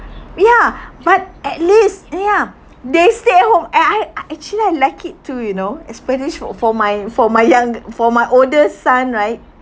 ya but at least ya they stay home and I uh actually I like it too you know especially for my for my younger for my older son right